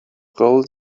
gold